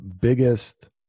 biggest